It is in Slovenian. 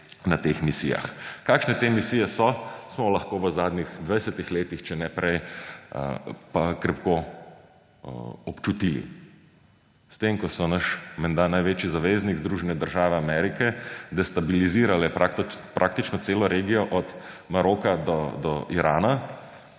na teh misijah. Kakšne te misije so, smo lahko v zadnjih 20 letih, če ne prej, krepko občutili. S tem ko so, naš menda največji zaveznik, Združene države Amerike destabilizirale praktično celo regijo od Maroka do Irana